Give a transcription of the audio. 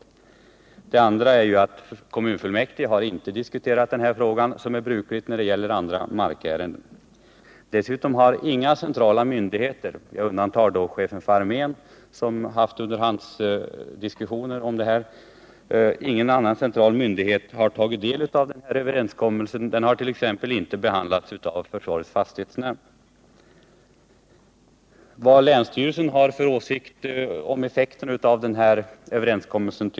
För det andra har inte kommunfullmäktige diskuterat frågan, något som är brukligt när det gäller andra markärenden. Dessutom har inga centrala myndigheter — med undantag för chefen för armén, som har deltagit i underhandsdiskussioner i ärendet — tagit del av överenskommelsen. Den har t.ex. inte behandlats av försvarets fastighetsnämnd. Jag tycker också att det är oklart vad länsstyrelsen har för åsikt om effekten av den här överenskommelsen.